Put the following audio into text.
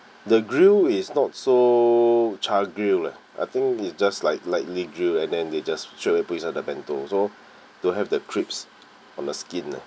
the grilled is not so char grill leh I think is just like lightly grilled and then they just straight away put inside the bento so don't have the crisps on the skin leh